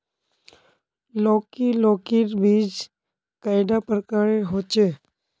लौकी लौकीर बीज कैडा प्रकारेर होचे?